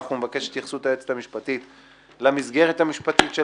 אנחנו נבקש את התייחסות היועצת המשפטית למסגרת המשפטית של